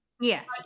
yes